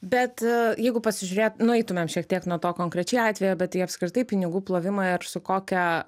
bet jeigu pasižiūrėt nueitume šiek tiek nuo to konkrečiai atvejo bet tai apskritai pinigų plovimui ar su kokia